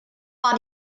war